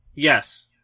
Yes